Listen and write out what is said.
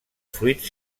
fruits